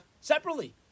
separately